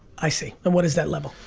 i see. and what is that level?